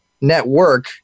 network